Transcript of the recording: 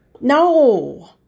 No